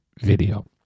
video